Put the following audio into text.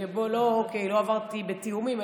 שבו לא עברתי בתיאומים,